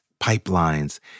pipelines